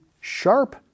sharp